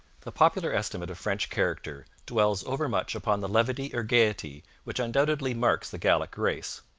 the popular estimate of french character dwells overmuch upon the levity or gaiety which undoubtedly marks the gallic race.